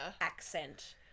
accent